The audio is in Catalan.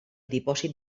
dipòsit